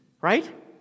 right